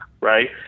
right